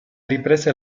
riprese